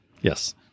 Yes